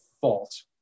fault